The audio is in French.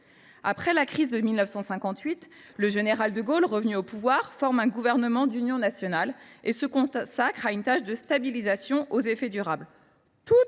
Après la crise de 1958, le général de Gaulle, revenu au pouvoir, forme un gouvernement d’union nationale et se consacre à une tâche de stabilisation aux effets durables